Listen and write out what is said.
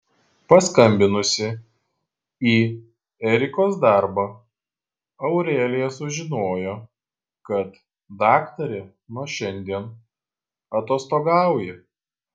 paskambinusi į erikos darbą aurelija sužinojo kad daktarė nuo šiandien atostogauja